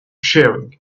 sharing